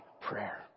prayer